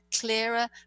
clearer